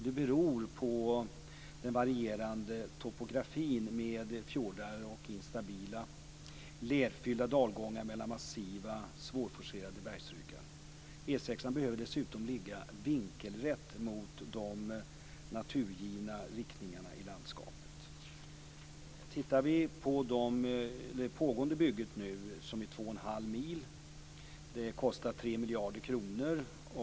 Det beror på den varierade topografin med fjordar och instabila lerfyllda dalgångar mellan massiva och svårforcerade bergsryggar. E 6:an behöver dessutom ligga vinkelrätt mot de naturgivna riktningarna i landskapet. Det nu pågående bygget omfattar 2 1⁄2 mil och kostar 3 miljarder kronor.